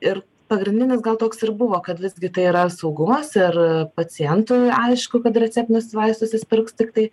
ir pagrindinis gal toks ir buvo kad visgi tai yra saugumas ir pacientui aišku kad receptinius vaistus jis pirks tiktai